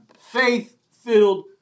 Faith-filled